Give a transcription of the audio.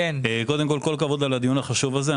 קודם כול, כל הכבוד על הדיון החשוב הזה.